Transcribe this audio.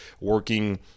working